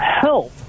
help